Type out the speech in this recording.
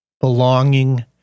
belonging